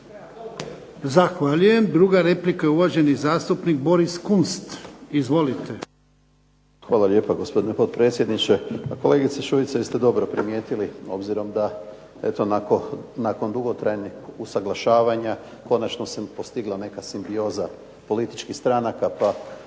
Zahvaljujem. Druga replika, uvaženi zastupnik Boris Kunst. Izvolite. **Kunst, Boris (HDZ)** Hvala lijepa, gospodine potpredsjedniče. Pa kolegice Šuica vi ste dobro primjetili, obzirom da nakon dugotrajnih usuglašavanja konačno se postigla neka simbioza političkih stranaka